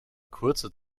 kurze